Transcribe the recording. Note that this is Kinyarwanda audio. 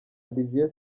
olivier